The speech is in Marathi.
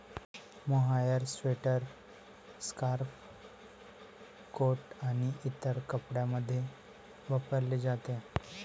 मोहायर स्वेटर, स्कार्फ, कोट आणि इतर कपड्यांमध्ये वापरले जाते